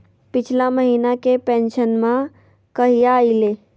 पिछला महीना के पेंसनमा कहिया आइले?